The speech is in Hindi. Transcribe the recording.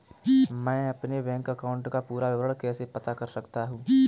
मैं अपने बैंक अकाउंट का पूरा विवरण कैसे पता कर सकता हूँ?